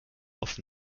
offen